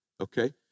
Okay